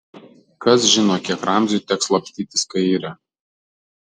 kas žino kiek ramziui teks slapstytis kaire